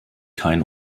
kein